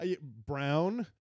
Brown